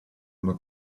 una